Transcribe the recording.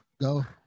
Go